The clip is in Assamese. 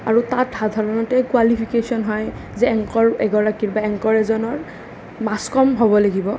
আৰু তাত সাধাৰণতে কুৱালিফিকেশ্বন হয় যে এংকৰ এগৰাকী বা এংকৰ এজনৰ মাছকম হ'ব লাগিব